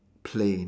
plain